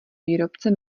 výrobce